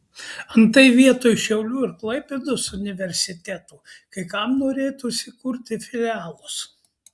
antai vietoj šiaulių ir klaipėdos universitetų kai kam norėtųsi kurti filialus